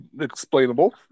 Explainable